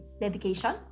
dedication